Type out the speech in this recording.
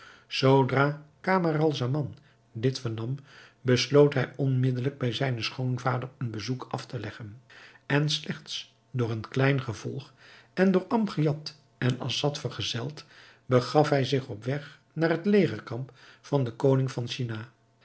zoodra camaralzaman dit vernam besloot hij onmiddelijk bij zijnen schoonvader een bezoek af te leggen en slechts door een klein gevolg en door amgiad en assad vergezeld begaf hij zich op weg naar het legerkamp van den koning van china